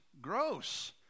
gross